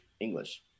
English